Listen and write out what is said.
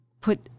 put